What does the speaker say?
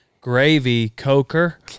Gravy-Coker